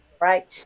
right